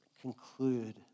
conclude